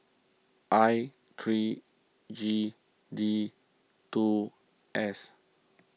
I three G D two S